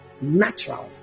natural